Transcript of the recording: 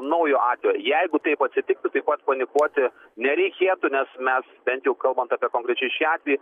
naujo atvejo jeigu taip atsitiktų taip pat panikuoti nereikėtų nes mes bent jau kalbant apie konkrečiai šį atvejį